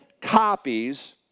copies